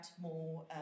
more